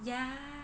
yeah